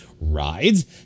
Rides